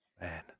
Man